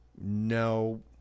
No